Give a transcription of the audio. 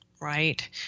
right